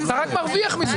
אתה רק מרוויח מזה.